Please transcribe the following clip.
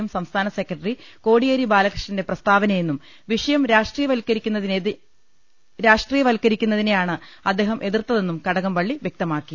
M സംസ്ഥാന secretary Kodiyeri ബാലകൃ ഷ്ണന്റെ പ്രസ്താവനയെന്നും വിഷയം രാഷ്ട്രീയവൽക്കരി ക്കുന്നതിനെയാണ് അദ്ദേഹം എതിർത്തതെന്നും കടകംപള്ളി വൃക്തമാക്കി